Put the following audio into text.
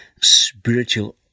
spiritual